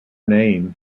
name